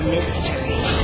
Mystery